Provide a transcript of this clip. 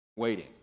waiting